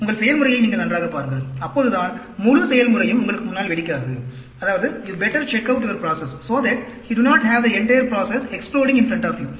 உங்கள் செயல்முறையை நீங்கள் நன்றாகப் பாருங்கள் அப்போதுதான் முழு செயல்முறையும் உங்களுக்கு முன்னால் வெடிக்காது You better check out your process so that you do not have the entire process exploding in front of you